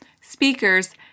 speakers